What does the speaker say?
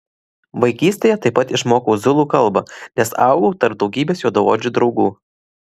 vaikystėje taip pat išmokau zulų kalbą nes augau tarp daugybės juodaodžių draugų